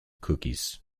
cookies